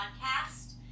Podcast